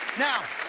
now,